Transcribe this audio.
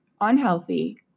unhealthy